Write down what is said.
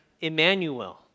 Emmanuel